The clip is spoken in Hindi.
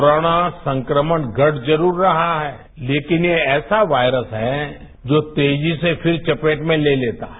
कोरोना संक्रमण घट जरूर रहा है तेकिन ये ऐसा वायरस है जो तेजी से फिर चपेट में ते लेता है